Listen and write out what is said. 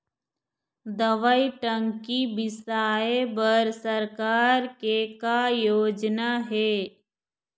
दवई टंकी बिसाए बर सरकार के का योजना हे?